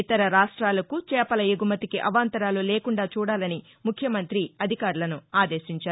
ఇతర రాష్ట్లాలకు చేపల ఎగుమతికి అవాంతరాలు లేకుండా చూడాలని ముఖ్యమంతి అధికారులను ఆదేశించారు